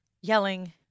yelling